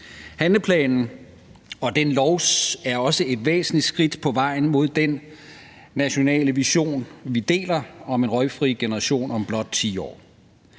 Handleplanen og lovforslaget er også et væsentligt skridt på vejen mod den nationale vision, vi deler, om en røgfri generation om blot 10 år.